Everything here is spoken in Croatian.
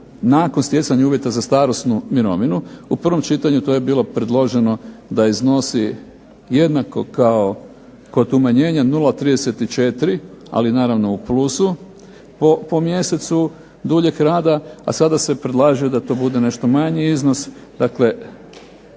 nakon stjecanja uvjeta za starosnu mirovinu. U prvom čitanju to je bilo predloženo da iznosi jednako kao kod umanjenja 0,34, ali naravno u plusu, po mjesecu duljeg rada, a sada se predlaže da to bude nešto manji iznos. Dakle,